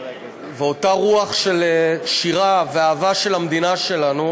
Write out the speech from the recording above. ואותה רוח של שירה ואהבה של המדינה שלנו